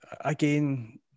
again